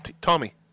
Tommy